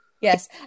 Yes